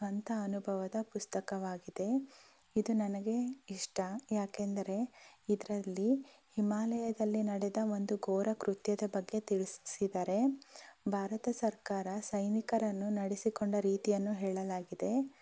ಸ್ವಂತ ಅನುಭವದ ಪುಸ್ತಕವಾಗಿದೆ ಇದು ನನಗೆ ಇಷ್ಟ ಯಾಕೆಂದರೆ ಇದರಲ್ಲಿ ಹಿಮಾಲಯದಲ್ಲಿ ನಡೆದ ಒಂದು ಘೋರ ಕೃತ್ಯದ ಬಗ್ಗೆ ತಿಳ್ಸಿದ್ದಾರೆ ಭಾರತ ಸರ್ಕಾರ ಸೈನಿಕರನ್ನು ನಡೆಸಿಕೊಂಡ ರೀತಿಯನ್ನು ಹೇಳಲಾಗಿದೆ